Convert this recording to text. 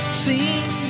seen